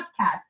podcast